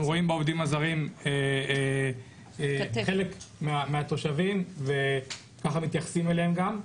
אנחנו רואים בעובדים הזרים חלק מהתושבים וככה מתייחסים אליהם גם,